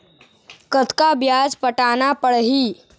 कतका ब्याज पटाना पड़ही?